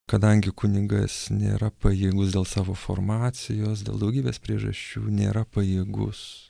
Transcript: kadangi kunigas nėra pajėgus dėl savo formacijos dėl daugybės priežasčių nėra pajėgus